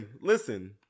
Listen